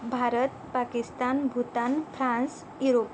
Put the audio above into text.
Bharat Pakistan Bhutan France इरोप